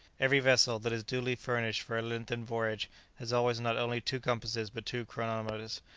every vessel that is duly furnished for a lengthened voyage has always not only two compasses but two chronometers,